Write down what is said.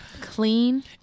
Clean